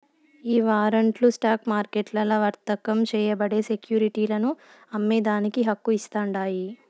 ఈ వారంట్లు స్టాక్ మార్కెట్లల్ల వర్తకం చేయబడే సెక్యురిటీలను అమ్మేదానికి హక్కు ఇస్తాండాయి